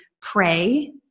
pray